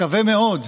מקווה מאוד,